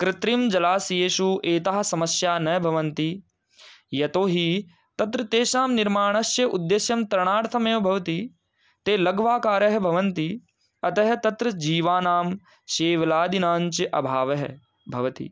कृत्रिमजलाशयेषु एताः समस्याः न भवन्ति यतोहि तत्र तेषां निर्माणस्य उद्देश्यं तरणार्थमेव भवति ते लघ्वाकाराः भवन्ति अतः तत्र जीवानां शैवलादीनाञ्च अभावः भवति